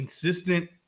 consistent